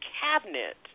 cabinet